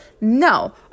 No